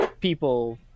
people